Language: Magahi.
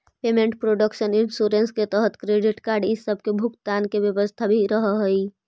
पेमेंट प्रोटक्शन इंश्योरेंस के तहत क्रेडिट कार्ड इ सब के भुगतान के व्यवस्था भी रहऽ हई